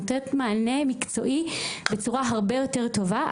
נותנת מענה מקצועי בצורה הרבה יותר טובה,